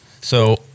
So-